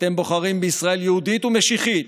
ואתם בוחרים בישראל יהודית ומשיחית.